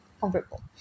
comfortable